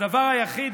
הדבר היחיד,